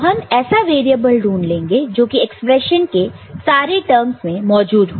तो हम ऐसा वेरिएबल ढूंढ लेंगे जो कि एक्सप्रेशन के सारे टर्मस में मौजूद हो